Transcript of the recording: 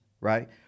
right